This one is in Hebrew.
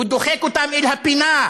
הוא דוחק אותם אל הפינה,